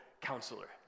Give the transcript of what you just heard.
counselor